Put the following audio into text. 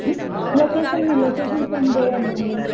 location మీ location send చేయండి అండి